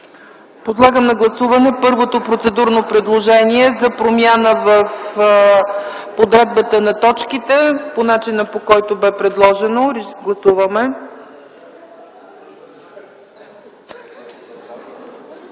Подлагам на гласуване първото процедурно предложение за промяна в подредбата на точките по начина, по който беше предложено. Гласували